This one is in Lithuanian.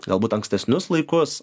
galbūt ankstesnius laikus